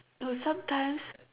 no sometimes